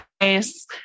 nice